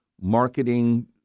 marketing